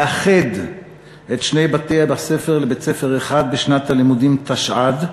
לאחד את שני בתי-הספר לבית-ספר אחד בשנת הלימודים תשע"ד.